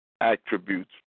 attributes